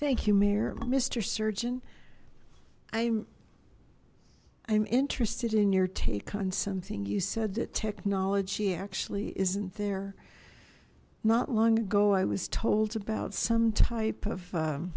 thank you mayor mister surgeon i'm i'm interested in your take on something you said that technology actually isn't there not long ago i was told about some type of